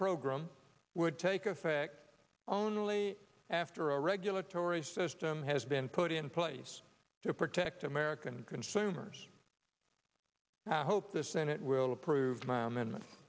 program would take effect only after a regulatory system has been put in place to protect american consumers i hope the senate will approve my amendment